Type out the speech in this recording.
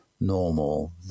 normal